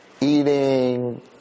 eating